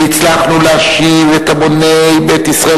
והצלחנו להשיב את המוני בית ישראל,